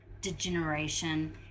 degeneration